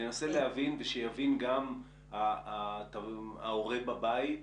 מנסה להבין ושיבין גם ההורה בבית,